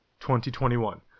2021